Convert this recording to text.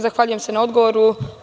Zahvaljujem se na odgovoru.